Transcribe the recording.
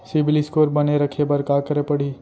CIBIL score बने रखे बर का करे पड़ही?